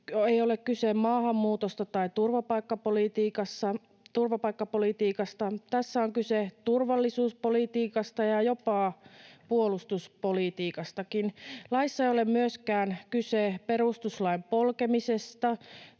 ei ole kyse maahanmuutosta tai turvapaikkapolitiikasta. Tässä on kyse turvallisuuspolitiikasta ja jopa puolustuspolitiikastakin. Laissa ei ole myöskään kyse perustuslain polkemisesta.